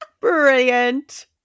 Brilliant